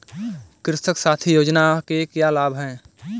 कृषक साथी योजना के क्या लाभ हैं?